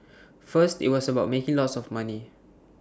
first IT was about making lots of money